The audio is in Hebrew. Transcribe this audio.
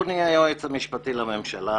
אדוני היועץ המשפטי לממשלה,